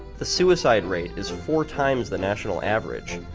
the suicide rate is four times the national average.